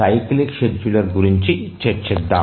cyclic scheduler గురించి చర్చిద్దాం